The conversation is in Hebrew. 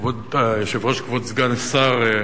כבוד היושב-ראש, כבוד סגן השר,